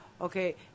Okay